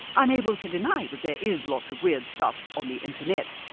unable to deny that there is lots of weird stuff on the internet,